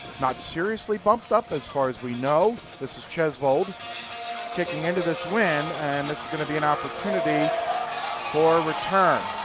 not seriously bumped up as far as we know. this is tjosvold kicking into this wind. and this is going to be an opportunity for return.